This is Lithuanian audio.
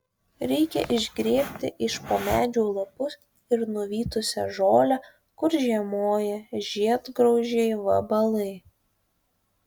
reikia išgrėbti iš po medžių lapus ir nuvytusią žolę kur žiemoja žiedgraužiai vabalai